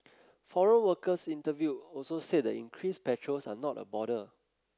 foreign workers interviewed also said the increased patrols are not a bother